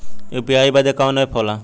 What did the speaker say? UPI बदे कवन app होला?